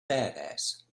badass